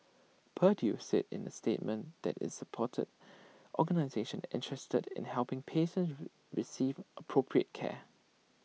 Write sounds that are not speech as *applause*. purdue said in A statement that IT supported *noise* organisations interested in helping patients rule receive appropriate care